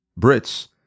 Brits